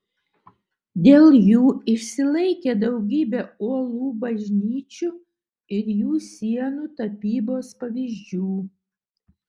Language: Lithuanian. dėl jų išsilaikė daugybė uolų bažnyčių ir jų sienų tapybos pavyzdžių